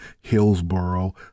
Hillsboro